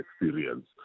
experience